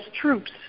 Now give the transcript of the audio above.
troops